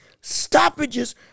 stoppages